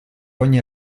ogni